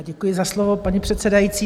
Já děkuji za slovo, paní předsedající.